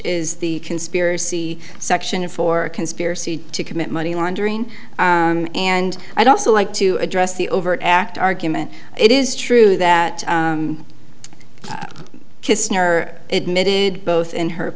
is the conspiracy section for conspiracy to commit money laundering and i'd also like to address the overt act argument it is true that kisner admitted both in her